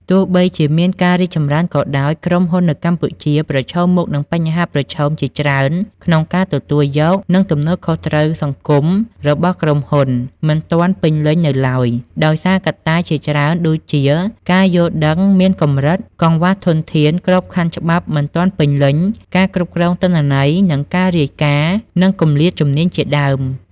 ទោះបីជាមានការរីកចម្រើនក៏ដោយ ក្រុមហ៊ុននៅកម្ពុជាប្រឈមមុខនឹងបញ្ហាប្រឈមជាច្រើនក្នុងការទទួលយក និងទំនួលខុសត្រូវសង្គមរបស់ក្រុមហ៊ុន មិនទាន់ពេញលេញនៅឡើយ ដោយសារ កត្តាជាច្រើនដូចជា ការយល់ដឹងមានកម្រិត កង្វះធនធាន ក្របខ័ណ្ឌច្បាប់មិនទាន់ពេញលេញ ការគ្រប់គ្រងទិន្នន័យ និងការរាយការណ៍ និងគម្លាតជំនាញជាដើម។